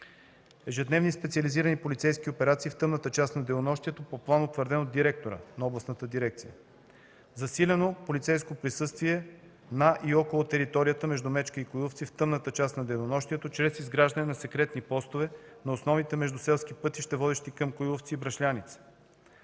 ежедневни специализирани полицейски операции в тъмната част на денонощието по план, утвърден от директора на Областната дирекция; - засилено полицейско присъствие на и около територията между Мечка и Коиловци в тъмната част на денонощието чрез изграждане на секретни постове на основните междуселски пътища, водещи към Коиловци и Бръшляница;